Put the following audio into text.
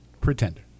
pretender